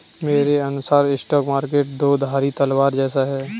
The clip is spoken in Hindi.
मेरे अनुसार स्टॉक मार्केट दो धारी तलवार जैसा है